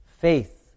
faith